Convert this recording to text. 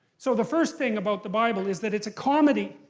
so the first thing about the bible is that it's a comedy.